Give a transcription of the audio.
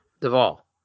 Duvall